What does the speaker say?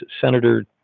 Senator